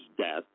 death